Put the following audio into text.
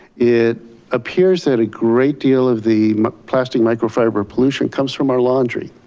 it appears that a great deal of the plastic microfiber pollution comes from our laundry.